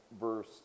verse